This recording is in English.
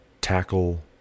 tackle